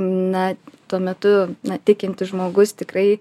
na tuo metu na tikintis žmogus tikrai